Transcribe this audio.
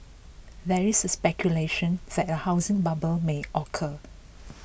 there is speculation that a housing bubble may occur